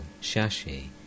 Shashi